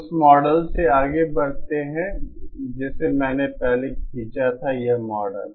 उस मॉडल से आगे बढ़ते हैं जिसे मैंने पहले खींचा था यह मॉडल